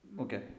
okay